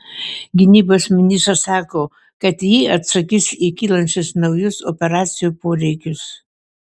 gynybos ministras sako kad ji atsakys į kylančius naujus operacijų poreikius